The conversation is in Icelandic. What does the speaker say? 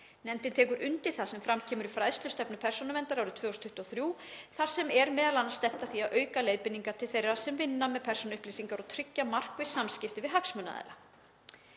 Nefndin tekur undir það sem fram kemur í fræðslustefnu Persónuverndar árið 2023 þar sem er m.a. stefnt að því að auka leiðbeiningar til þeirra sem vinna með persónuupplýsingar og tryggja markviss samskipti við hagsmunaaðila.